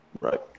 Right